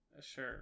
sure